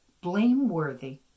blameworthy